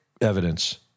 evidence